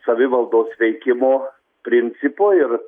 savivaldos veikimo principu ir